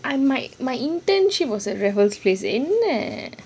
my my internship was at raffles place என்ன:enna